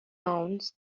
mounds